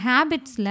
Habits